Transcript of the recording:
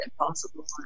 impossible